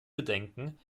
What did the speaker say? bedenken